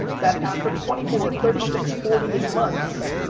that after twenty four, thirty six, forty eight months,